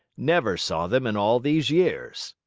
never saw them in all these years!